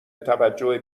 توجه